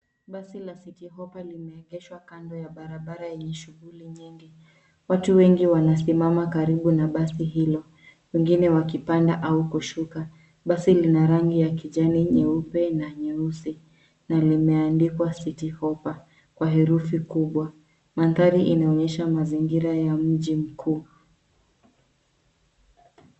Basi la City Hoppa limeegeshwa kando ya barabara yenye shughuli nyingi. Watu wengi wanasimama karibu na basi hilo, wengine wakipanda au kushuka. Basi lina rangi ya kijani nyeupe na nyeusi na limeandikwa City Hoppa kwa herufi kubwa. Mandhari inaonesha mazingira ya mji mkuu.